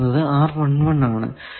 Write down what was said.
ആണ്